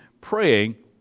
praying